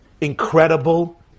incredible